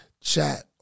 chat